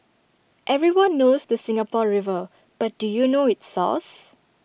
everyone knows the Singapore river but do you know its source